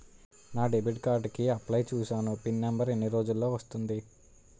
నా debit card కి apply చూసాను పిన్ నంబర్ ఎన్ని రోజుల్లో వస్తుంది?